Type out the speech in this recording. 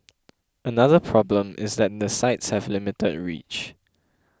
another problem is that the sites have limited reach